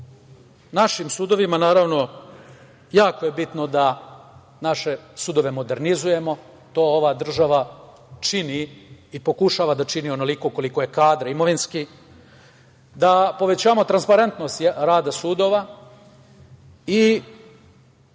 našim sudovima, naravno, jako je bitno da naše sudove modernizujemo, to ova država čini i pokušava da čini onoliko koliko je kadra imovinski, da povećamo transparentnost rada sudova i da